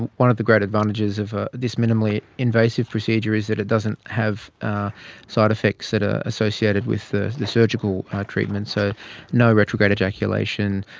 one of the great advantages of ah this minimally invasive procedure is that it doesn't have side-effects that are associated with the the surgical treatment, and so no retrograde ejaculation,